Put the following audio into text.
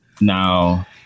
Now